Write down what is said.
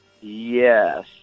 Yes